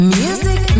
music